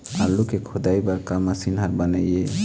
आलू के खोदाई बर का मशीन हर बने ये?